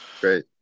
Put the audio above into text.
Great